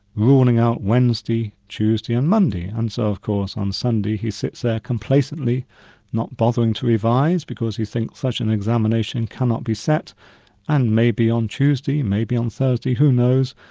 ruling out wednesday, tuesday and monday, and so of course on sunday he sits there complacently not bothering to revise because he thinks such an examination cannot be set and maybe on tuesday, maybe on thursday, who knows,